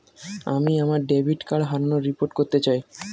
আমি আমার debit card হারানোর রিপোর্ট করতে চাই